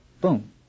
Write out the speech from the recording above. Boom